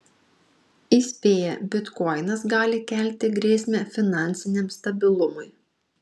įspėja bitkoinas gali kelti grėsmę finansiniam stabilumui